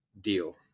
deal